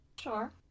Sure